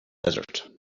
desert